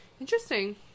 interesting